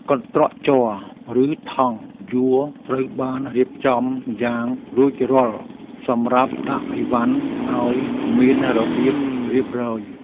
កន្ត្រកជ័រ ឬថង់យួរត្រូវបានរៀបចំយ៉ាងរួចរាល់សម្រាប់ដាក់ឥវ៉ាន់ឱ្យមានរបៀបរៀបរយ។